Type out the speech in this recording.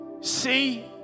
See